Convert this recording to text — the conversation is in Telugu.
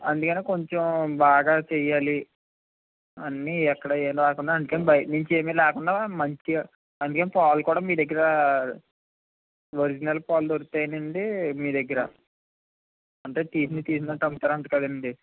అందుకని కొంచెం బాగా చెయ్యాలి అన్నీ ఎక్కడ ఏ లేకుండా బయట నుంచి ఏమీ లేకుండా మంచిగా అందుకని పాలు కూడా మీ దగ్గర ఒరిజినల్ పాలు దొరుకుతాయి అనండి మీదగ్గర అంటే తీసింది తీసినట్టు అమ్ముతారంట కదండి